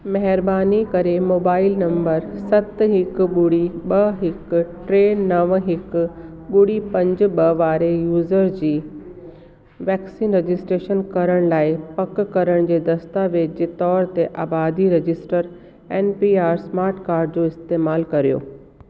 महिरबानी करे mobile number सत हिकु ॿुड़ी ॿ हिकु नव हिकु ॿुड़ी पंज ॿ वारे यूज़र जी वैक्सीन रजिस्ट्रेशन करण लाइ पक करण जे दस्तावेज जे तोरु ते आबादी register N P R smart card जो इस्तमालु करियो